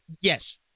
Yes